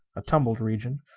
a tumbled region,